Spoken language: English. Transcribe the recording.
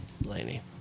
Blaney